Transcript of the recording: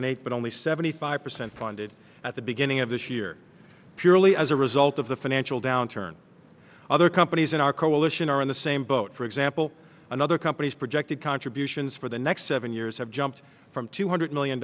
and eight but only seventy five percent funded at the beginning of this year purely as a result of the financial downturn other companies in our coalition are in the same boat for example another company's projected contributions for the next seven years have jumped from two hundred million